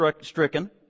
stricken